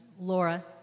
Laura